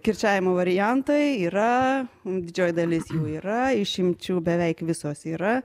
kirčiavimo variantai yra didžioji dalis jų yra išimčių beveik visos yra